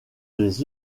des